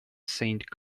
saint